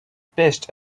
best